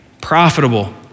profitable